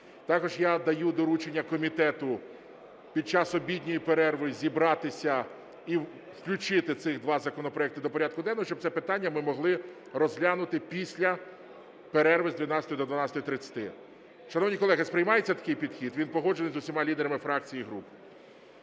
Також я даю доручення комітету під час обідньої перерви зібратися і включити цих два законопроекти до порядку денного, щоб це питання ми могли розглянути після перерви з 12 до 12:30. Шановні колеги, сприймається такий підхід? Він погоджений з усіма лідерами фракцій і груп.